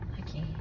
Okay